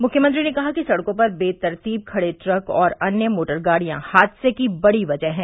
मुख्यमंत्री ने कहा कि सड़कों पर बेतरतीब खड़े ट्रक और अन्य मोटर गाड़ियां हादसे की बड़ी कजह हैं